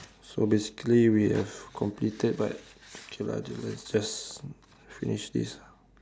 so basically we have completed but okay lah just just finish this lah